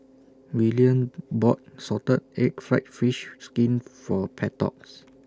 Willian bought Salted Egg Fried Fish Skin For